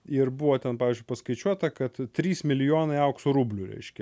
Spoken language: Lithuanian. ir buvo ten pavyzdžiui paskaičiuota kad trys milijonai aukso rublių reiškia